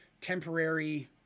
temporary